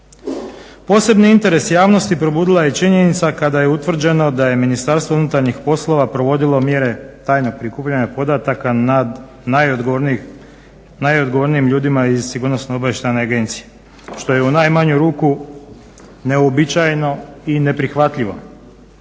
Posebni interes javnosti probudila je činjenica kada je utvrđeno da je MUP-a provodilo mjere tajnog prikupljanja podataka nad najodgovornijim ljudima iz sigurnosno-obavještajne agencije što je u najmanju ruku neuobičajeno i neprihvatljivo.